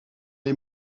les